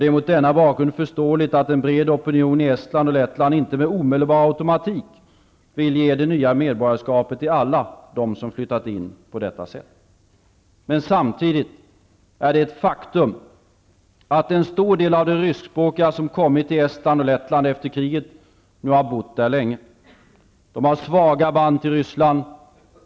Det är mot denna bakgrund förståeligt att en bred opinion i Estland och Lettland inte med omedelbar automatik vill ge det nya medborgarskapet till alla dem som flyttat in på detta sätt. Men samtidigt är det ett faktum, att en stor del av de ryskspråkiga som kommit till Estland och Lettland efter kriget nu har bott där länge. De har svaga band till Ryssland.